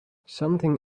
something